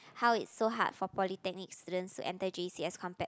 how it's so hard for polytechnic students to enter J_C as compared